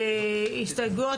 הסתייגויות,